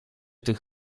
tych